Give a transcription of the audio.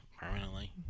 Permanently